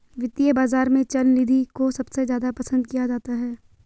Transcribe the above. वित्तीय बाजार में चल निधि को सबसे ज्यादा पसन्द किया जाता है